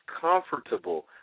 comfortable